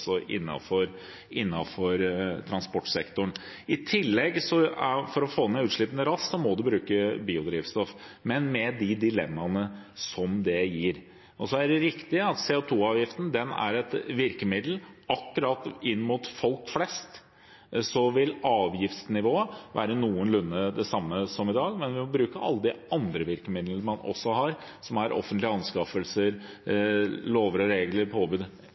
transportsektoren. For å få ned utslippene raskt må en i tillegg bruke biodrivstoff, men med de dilemmaene som det gir. Så er det riktig at CO 2 -avgiften er et virkemiddel. Akkurat inn mot folk flest vil avgiftsnivået være noenlunde det samme som i dag, men vi må bruke alle de andre virkemidlene vi også har til rådighet – som offentlige anskaffelser, lover og regler og påbud